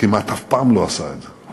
שכמעט אף פעם לא עשה את זה,